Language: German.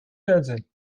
fernsehen